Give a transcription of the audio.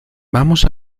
vamos